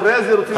אחרי זה רוצים,